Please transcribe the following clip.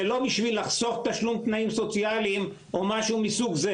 לא בשביל לחסוך תנאים סוציאליים או משהו מסוג זה.